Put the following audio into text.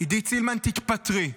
עידית סילמן, תתפטרי.